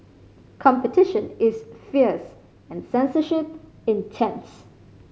competition is fierce and censorship intense